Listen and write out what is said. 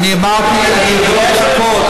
אמרתי, אני אבדוק את הכול.